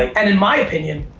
and in my opinion,